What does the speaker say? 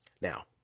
Now